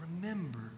Remember